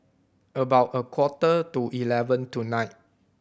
about a quarter to eleven tonight